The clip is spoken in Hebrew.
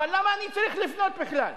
אבל למה אני צריך לפנות בכלל?